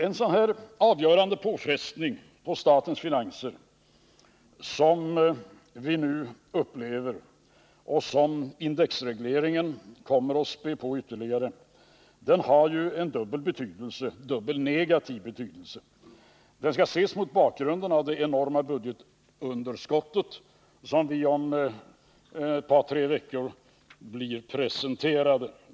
En sådan avgörande påfrestning på statsfinanserna som vi nu upplever och som indexregleringen kommer att ytterligare spä på har en dubbel negativ betydelse. Den skall ses mot bakgrunden av det enorma budgetunderskottet, som vi om ett par tre veckor blir presenterade.